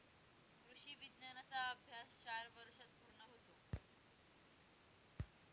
कृषी विज्ञानाचा अभ्यास चार वर्षांत पूर्ण होतो